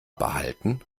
behalten